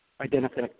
identify